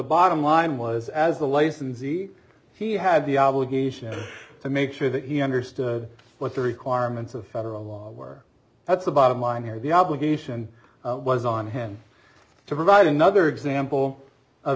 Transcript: bottom line was as the licensee he had the obligation to make sure that he understood what the requirements of federal law were that's the bottom line here the obligation was on him to provide another example of